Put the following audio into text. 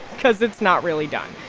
because it's not really done.